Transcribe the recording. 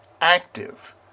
active